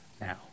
now